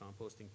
composting